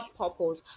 purpose